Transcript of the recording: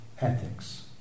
ethics